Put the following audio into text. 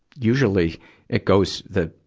usually it goes the,